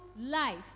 life